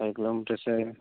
sir kilometers